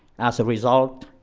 as a result,